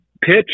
pitch